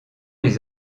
les